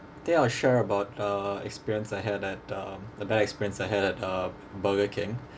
think I'll share about uh experience I had at um a bad experience I had at uh burger king